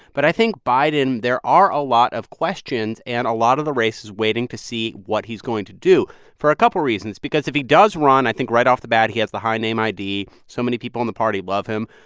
but i think biden, there are a lot of questions. and a lot of the race is waiting to see what he's going to do for a couple reasons because, if he does run, i think right off the bat, he has the high name id, so many people in the party love him.